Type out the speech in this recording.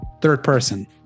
third-person